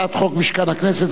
הצעת חוק משכן הכנסת,